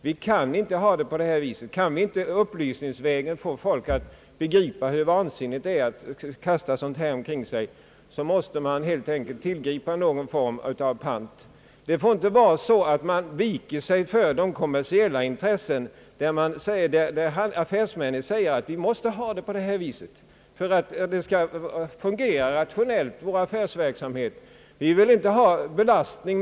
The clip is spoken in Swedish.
Vi kan inte ha det på detta vis — lyckas vi inte upplysningsvägen få folk att begripa hur vansinnigt det är att kasta sådana här förpackningar omkring sig måste man helt enkelt tillgripa någon form av pant. Man skall inte bara vika undan för de kommersiella intressena. Affärsmännen säger att de inte kan ha belastningen med allt returmaterial o. s. v., om deras verksamhet skall fungera rationellt.